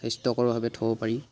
স্বাস্থ্যকৰভাৱে থ'ব পাৰি